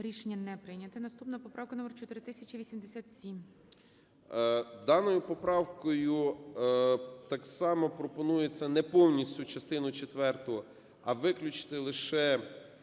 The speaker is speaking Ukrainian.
Рішення не прийнято. Наступна поправка - номер 4087.